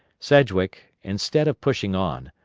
sedgwick, instead of pushing on,